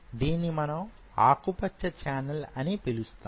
దీన్ని మనం ఆకుపచ్చ ఛానల్ అని పిలుస్తాము